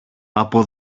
από